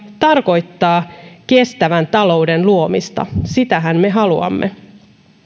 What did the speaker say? tarkoittaa kestävän talouden luomista sitähän me haluamme